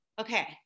okay